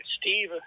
Steve